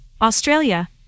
Australia